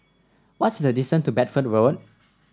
what's the distance to Bedford Road